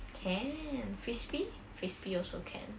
can frisbee frisbee also can